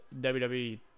WWE